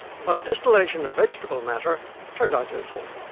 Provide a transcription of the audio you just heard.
but distillation of vegetable matter turned out useful,